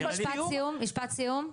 משפט סיום.